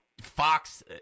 fox